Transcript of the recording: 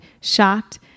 shocked